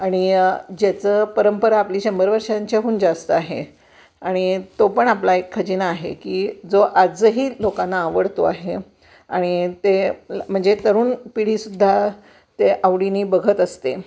आणि ज्याचं परंपरा आपली शंभर वर्षांच्याहून जास्त आहे आणि तो पण आपला एक खजिना आहे की जो आजही लोकांना आवडतो आहे आणि ते म्हणजे तरुण पिढीसुद्धा ते आवडीने बघत असते